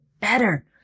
better